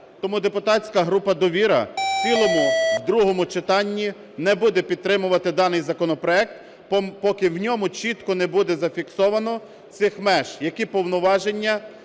Тому депутатська група "Довіра" в цілому в другому читанні не буде підтримувати даний законопроект, поки в ньому чітко не буде зафіксовано цих меж: які повноваження